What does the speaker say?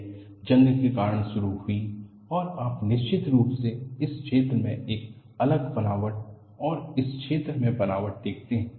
यह जंग के कारण शुरू हुई है और आप निश्चित रूप से इस क्षेत्र में एक अलग बनावट और इस क्षेत्र में बनावट देखते हैं